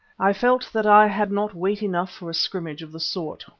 i felt that i had not weight enough for a scrimmage of the sort,